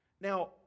Now